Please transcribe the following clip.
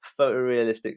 photorealistic